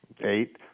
eight